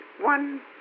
one